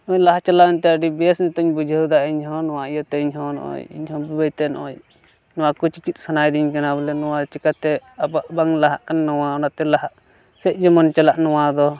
ᱚᱱᱟ ᱞᱟᱦᱟ ᱪᱟᱞᱟᱣᱮᱱᱛᱮ ᱟᱹᱰᱤ ᱵᱮᱥ ᱱᱤᱛᱚᱜ ᱤᱧ ᱵᱩᱡᱷᱟᱹᱣ ᱤᱧ ᱦᱚᱸ ᱱᱚᱣᱟ ᱤᱭᱟᱹᱛᱮ ᱤᱧ ᱦᱚᱸ ᱱᱚᱜᱼᱚᱸᱭ ᱤᱧ ᱦᱚᱸ ᱵᱟᱹᱭ ᱵᱟᱹᱭᱛᱮ ᱱᱚᱜᱼᱚᱸᱭ ᱱᱚᱣᱟ ᱠᱚ ᱪᱮᱼᱪᱮᱫ ᱥᱟᱱᱟ ᱤᱫᱤᱧ ᱠᱟᱱᱟ ᱵᱚᱞᱮ ᱱᱚᱣᱟ ᱪᱤᱠᱟᱹᱛᱮ ᱟᱵᱚᱣᱟᱜ ᱵᱟᱝ ᱞᱟᱦᱟᱜ ᱠᱟᱱᱟ ᱱᱚᱣᱟ ᱚᱱᱟᱛᱮ ᱞᱟᱦᱟᱜ ᱥᱮᱜ ᱡᱮᱢᱚᱱ ᱪᱟᱞᱟᱜ ᱱᱚᱣᱟ ᱫᱚ